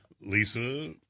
Lisa